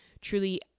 truly